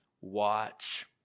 watch